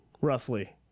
roughly